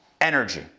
energy